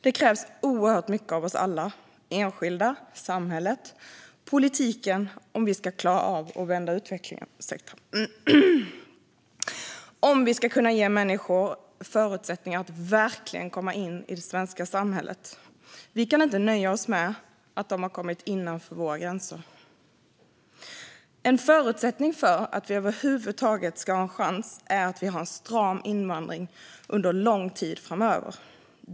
Det krävs oerhört mycket av oss alla - enskilda, samhället och politiken - om vi ska klara att vända utvecklingen och om vi ska kunna ge människor förutsättningar att verkligen komma in i det svenska samhället. Vi kan inte nöja oss med att de har kommit innanför våra gränser. En förutsättning för att vi över huvud taget ska ha en chans är att vi har en stram invandring under lång tid framöver.